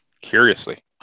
Curiously